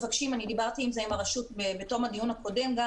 דיברתי על זה עם הרשות בתום הדיון הקודם,